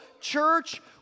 church